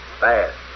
Fast